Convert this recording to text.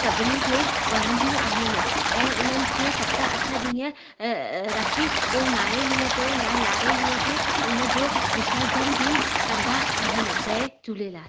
सभिनी खे वणंदियूं आहिनि ऐं उन्हनि खे सत अठ ॾींहं रखी पो नाएं ॾींहं ते या यारहें ॾींहुं उनजो विसर्जन बि कंदा आहिनि जय झूलेलाल